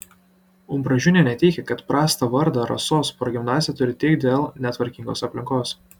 umbražūnienė teigė kad prastą vardą rasos progimnazija turi tik dėl netvarkingos aplinkos